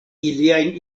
iliajn